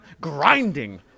grinding